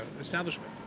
establishment